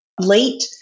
late